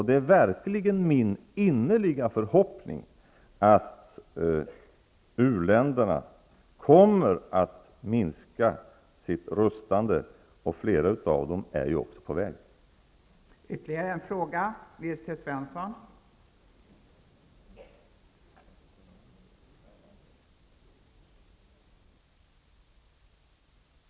Det är verkligen min innerliga förhoppning att u-länderna kommer att minska sitt rustande -- och flera av dem är också på väg att göra det.